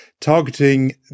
targeting